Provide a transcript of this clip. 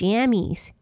Jammies